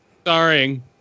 starring